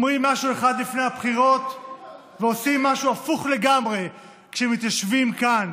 אומרים משהו אחד לפני הבחירות ועושים משהו הפוך לגמרי כשמתיישבים כאן,